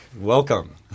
Welcome